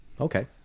Okay